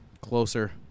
Closer